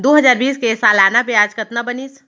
दू हजार बीस के सालाना ब्याज कतना बनिस?